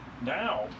Now